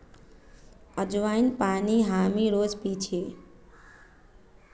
अज्वाइन पानी हामी रोज़ पी छी